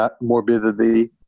morbidity